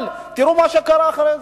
אבל תראו מה שקרה אחרי זה.